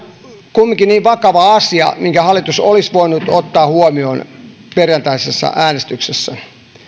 kumminkin niin vakava asia että hallitus olisi voinut ottaa huomioon sen perjantaisessa äänestyksessä